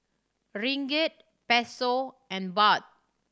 Ringgit Peso and Baht